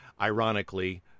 Ironically